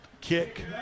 kick